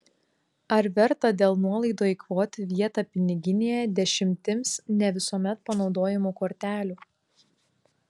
ar verta dėl nuolaidų eikvoti vietą piniginėje dešimtims ne visuomet panaudojamų kortelių